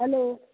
hello